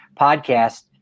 podcast